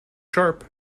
sharp